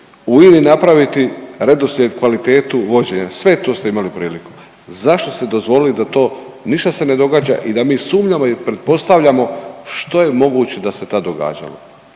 INA-i napraviti redoslijed, kvalitetu vođenja. Sve to ste imali priliku. Zašto ste dozvolili da to, ništa se ne događa i da mi sumnjamo i pretpostavljamo što je moguće da se tad događalo,